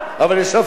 אבל ישבת שם,